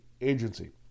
agency